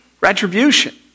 retribution